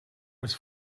was